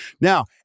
Now